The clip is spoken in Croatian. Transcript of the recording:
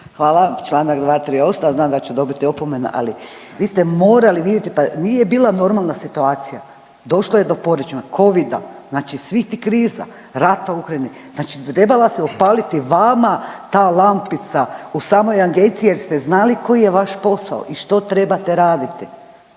Hvala. Članak 238. znam da ću dobiti opomenu, ali vi ste morali vidjeti, pa nije bila normalna situacija. Došlo je do …/Govornica se ne razumije./… Covida, znači svih tih kriza, rata u Ukrajini, znači trebala se upaliti vama ta lampica u samoj agenciji jer ste znali koji je vaš posao i što trebate raditi.